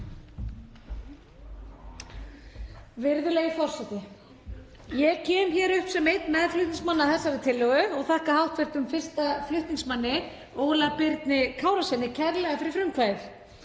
Virðulegi forseti. Ég kem hér upp sem einn meðflutningsmanna þessarar tillögu og þakka hv. 1. flutningsmanni, Óla Birni Kárasyni, kærlega fyrir frumkvæðið.